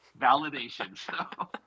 Validation